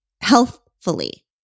healthfully